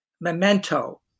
Memento